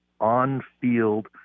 on-field